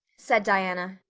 said diana.